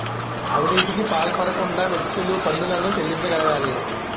అవినీతికి పాల్పడకుండా వ్యక్తులు పన్నులను చెల్లించగలగాలి